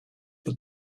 but